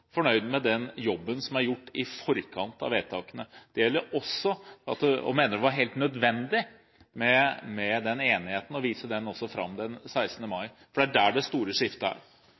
fornøyd med den jobben som er gjort i forkant av vedtakene, og mener det var helt nødvendig med den enigheten, og også å vise den fram den 16. mai – for det er der det store skiftet er.